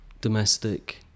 domestic